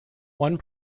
one